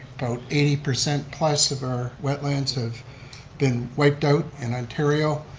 about eighty percent plus of our wetlands have been wiped out in ontario.